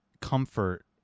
comfort